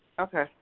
Okay